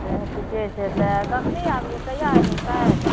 ठीके छै तऽ कखनी आबियै कहिया एबै काल्हि